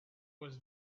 was